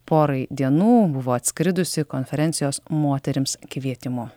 porai dienų buvo atskridusi konferencijos moterims kvietimu